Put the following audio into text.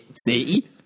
See